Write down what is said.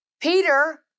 Peter